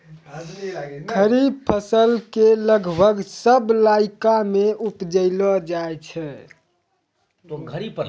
खरीफ फसल भारत के लगभग सब इलाका मॅ उपजैलो जाय छै